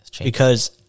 because-